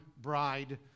bride